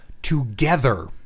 together